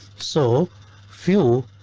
so few.